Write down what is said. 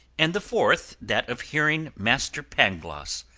and the fourth that of hearing master pangloss,